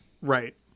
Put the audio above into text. Right